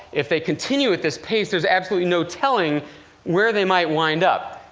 if they continue at this pace, there's absolutely no telling where they might wind up.